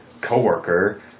coworker